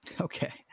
Okay